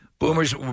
Boomers